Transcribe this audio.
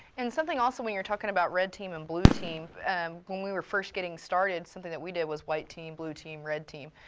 and something also when you're talking about red team and blue team, and when we were first getting started, something that we did was white team, blue team, red team.